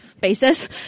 basis